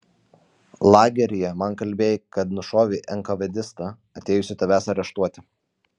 lageryje man kalbėjai kad nušovei enkavedistą atėjusį tavęs areštuoti